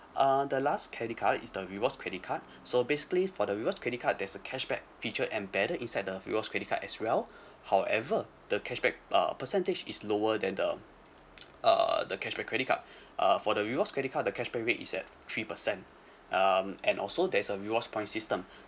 uh the last credit card is the rewards credit card so basically for the rewards credit card there's a cashback feature and better inside the rewards credit card as well however the cashback uh percentage is lower than the um uh the cashback credit card uh for the rewards credit card the cashback rates is at three percent um and also there's a rewards points system